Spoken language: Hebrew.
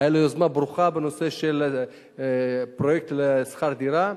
היתה לו יוזמה ברוכה בנושא של פרויקט לשכר דירה,